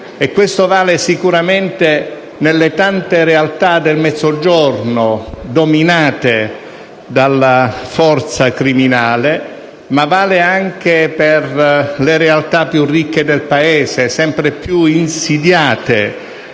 Questo vale sicuramente nelle tante realtà del Mezzogiorno dominate dalla forza criminale, ma anche per le realtà più ricche del Paese, sempre più insidiate